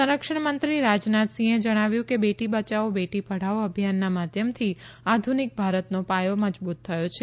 સંરક્ષણમંત્રી રાજનાથ સિંહે જણાવ્યું કે બેટી બયાવો બેટી પઢાવો અભિયાનનાં માધ્યમથી આધુનિક ભારતનો પાયો મજબૂત થયો છે